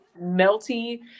melty